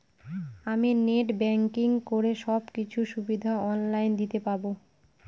আমি net banking করে সব কিছু সুবিধা অন লাইন দিতে পারবো?